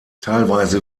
teilweise